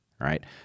right